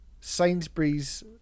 Sainsbury's